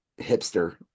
hipster